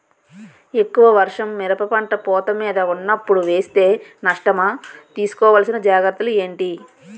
ఎక్కువ వర్షం మిరప పంట పూత మీద వున్నపుడు వేస్తే నష్టమా? తీస్కో వలసిన జాగ్రత్తలు ఏంటి?